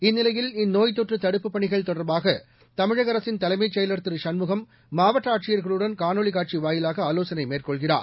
இந்நிலையில் இந்நோய்த் தொற்று தடுப்புப் பணிகள் தொடர்பாக தமிழக அரசின் தலைமச் செயலாளர் திரு சண்முகம் மாவட்ட ஆட்சியர்களுடன் காணொலி காட்சி வாயிலாக ஆலோசனை மேற்கொள்கிறார்